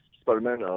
Spider-Man